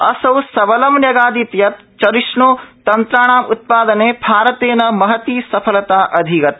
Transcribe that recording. असौ सबलं न्यगादीत् यत् चरिष्णुतन्त्राणां उत्पादने भारतेन महती सफलता अधिगता